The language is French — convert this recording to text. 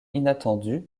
inattendu